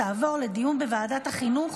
ותעבור לדיון בוועדת החינוך,